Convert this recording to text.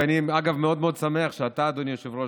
ואני, אגב, מאוד מאוד שמח שאתה, אדוני היושב-ראש,